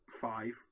five